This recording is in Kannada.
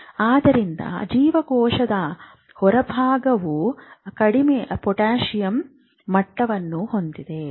ಆದ್ದರಿಂದ ಜೀವಕೋಶದ ಹೊರಭಾಗವು ಕಡಿಮೆ ಪೊಟ್ಯಾಸಿಯಮ್ ಮಟ್ಟವನ್ನು ಹೊಂದಿರುತ್ತದೆ